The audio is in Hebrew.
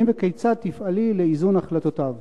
האם וכיצד תפעלי לאיזון החלטותיו?